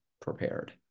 prepared